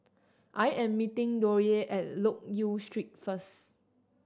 I am meeting Dollye at Loke Yew Street first